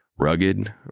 Rugged